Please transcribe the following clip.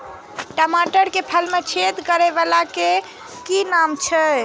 टमाटर के फल में छेद करै वाला के कि नाम छै?